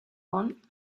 want